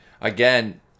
again